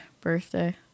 birthday